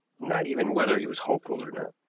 not even whether he was hopeful or not.